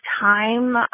time